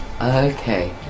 Okay